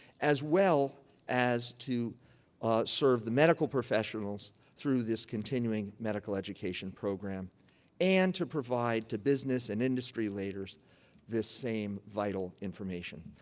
as well as to serve the medical professionals through this continuing medical education program and to provide to business and industry leaders this same vital information.